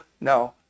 no